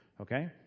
Okay